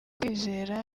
kwizera